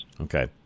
Okay